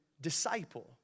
disciple